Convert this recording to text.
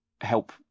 help